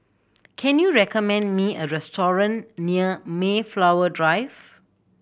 can you recommend me a restaurant near Mayflower Drive